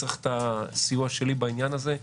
אם צריך את הסיוע שלי בעניין הזה,